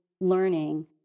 learning